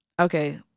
Okay